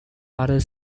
other